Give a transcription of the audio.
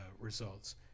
results